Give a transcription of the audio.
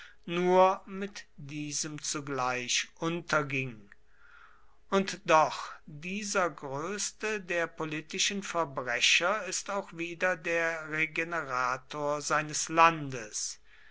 nur mit diesem zugleich unterging und doch dieser größte der politischen verbrecher ist auch wieder der regenerator seines landes